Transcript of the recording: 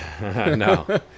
No